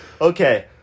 Okay